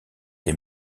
des